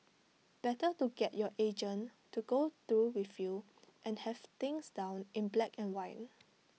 better to get your agent to go through with you and have things down in black and white